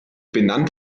benannt